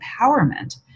empowerment